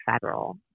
federal